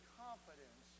confidence